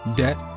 debt